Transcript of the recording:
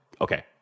Okay